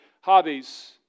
hobbies